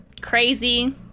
crazy